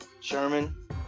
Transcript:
Sherman